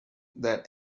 that